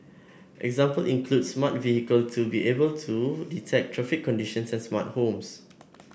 examples include smart vehicle to be able to detect traffic conditions and smart homes